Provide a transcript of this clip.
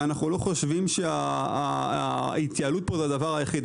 ואנחנו לא חושבים שההתייעלות פה זה הדבר היחיד.